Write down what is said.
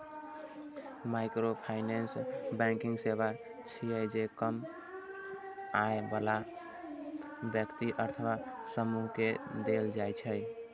microfinance banking सेवा छियै, जे कम आय बला व्यक्ति अथवा समूह कें देल जाइ छै